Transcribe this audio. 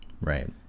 Right